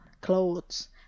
clothes